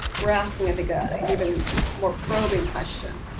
we're asking that the guy even more probing question,